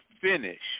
finish